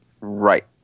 Right